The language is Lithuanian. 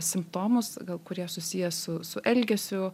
simptomus gal kurie susiję su su elgesiu